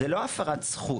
זו לא הפרת זכות.